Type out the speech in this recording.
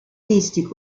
gestik